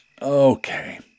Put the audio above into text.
Okay